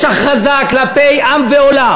יש הכרזה כלפי עם ועולם.